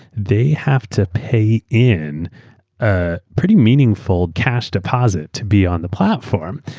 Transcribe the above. they have to pay in a pretty meaningful cash deposit to be on the platform.